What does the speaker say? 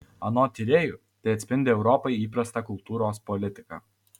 anot tyrėjų tai atspindi europai įprastą kultūros politiką